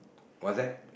what's that